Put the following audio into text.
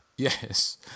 Yes